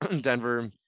Denver